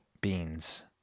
beans